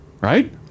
Right